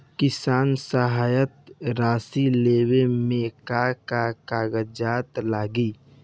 किसान सहायता राशि लेवे में का का कागजात लागी?